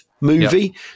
movie